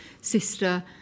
sister